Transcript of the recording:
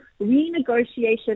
renegotiation